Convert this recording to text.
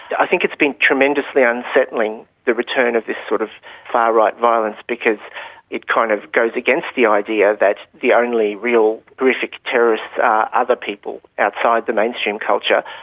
i think it's been tremendously unsettling, the return of this sort of far-right violence, because it kind of goes against the idea that the only real, horrific terrorists are other people, outside the mainstream culture.